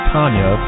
Tanya